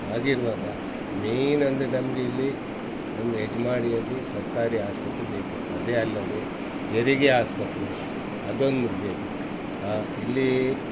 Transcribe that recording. ಹಾಗಿರುವಾಗ ಮೇನ್ ಅಂದರೆ ನಮಗೆ ಇಲ್ಲಿ ಒಂದು ಹೆಜ್ಮಾಡಿಯಲ್ಲಿ ಸರ್ಕಾರಿ ಆಸ್ಪತ್ರೆ ಬೇಕು ಅದೇ ಅಲ್ಲದೆ ಹೆರಿಗೆ ಆಸ್ಪತ್ರೆ ಅದೊಂದು ಬೇಕು ಇಲ್ಲಿ